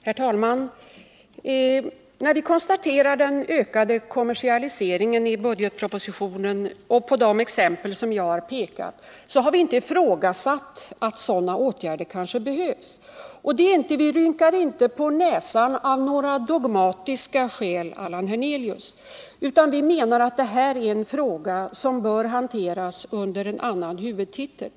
Herr talman! När vi konstaterat den ökade kommersialiseringen i budgetpropositionen — jag har visat på några exempel — har vi inte ifrågasatt att sådana åtgärder kanske behövs. Vi rynkar inte på näsan av några dogmatiska skäl, Allan Hernelius. Vi menar att det här är en fråga som bör hanteras under en annan huvudtitel.